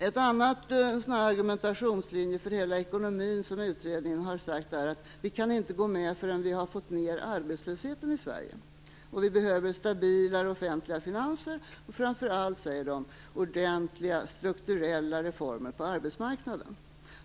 En annan argumentationslinje för hela ekonomin som utredningen har följt är att vi inte kan gå med förrän vi har fått ned arbetslösheten i Sverige. Man säger att vi behöver stabilare offentliga finanser och framför allt ordentliga strukturella reformer på arbetsmarknaden.